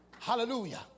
Hallelujah